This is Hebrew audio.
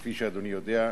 כפי שאדוני יודע,